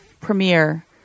premiere